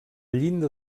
llinda